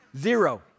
Zero